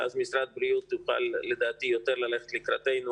ואז משרד הבריאות יוכל ללכת לקראתנו,